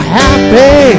happy